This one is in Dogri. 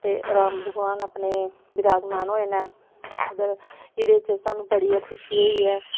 ते राम भगवान अपने बिराजमान होए नै इह्दै च साह्नू बड़ी गै खुशी होई ऐ